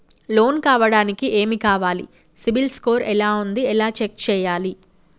Loan కావడానికి ఏమి కావాలి సిబిల్ స్కోర్ ఎలా ఉంది ఎలా చెక్ చేయాలి?